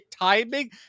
timing